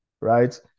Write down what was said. right